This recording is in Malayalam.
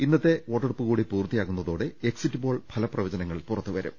ഇന്നത്തെ വോട്ടെടുപ്പും കൂടി പൂർത്തിയാകുന്നതോടെ എക്സിറ്റ് പോൾ ഫല പ്രവ ചനങ്ങൾ പുറത്തുവരും